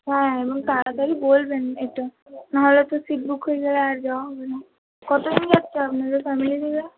হ্যাঁ এবং তাড়াতাড়ি বলবেন একটু নাহলে তো সীট বুক হয়ে গেলে আর যাওয়া হবে না কতগুলো বাচ্চা আপনাদের ফ্যামিলি থেকে